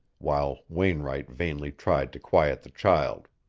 while wainwright vainly tried to quiet the child.